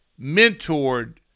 mentored